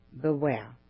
Beware